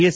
S